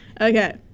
Okay